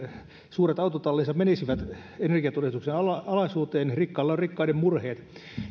suuret autotallinsa menisivät energiatodistuksen alaisuuteen rikkailla on rikkaiden murheet